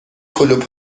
کلوپ